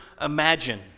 imagine